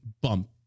bump